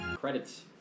Credits